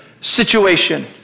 situation